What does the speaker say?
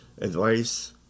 advice